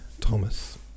Thomas